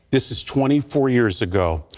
this is twenty four years ago.